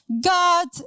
God